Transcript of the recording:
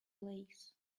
lace